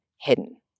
hidden